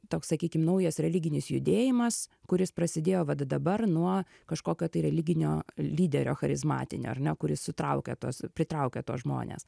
toks sakykim naujas religinis judėjimas kuris prasidėjo vat dabar nuo kažkokio tai religinio lyderio charizmatinio ar ne kuris sutraukia tuos pritraukia tuos žmones